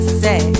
say